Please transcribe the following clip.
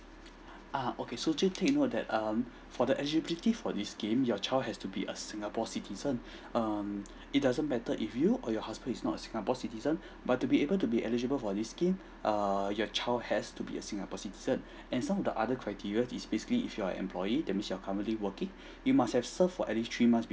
uh okay so do take note that um for the eligibility for this scheme your child has to be a singapore citizen um it doesn't matter if you or your husband is not a singapore citizen but to be able to be eligible for this scheme err your child has to be a singapore citizen and some of the other criteria is basically if you're employee that means you are currently working you must have served for at least three month